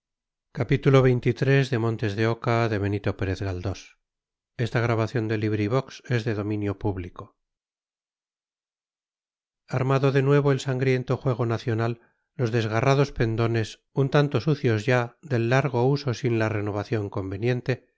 armado de nuevo el sangriento juego nacional los desgarrados pendones un tanto sucios ya del largo uso sin la renovación conveniente